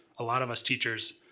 a lot of us teachers,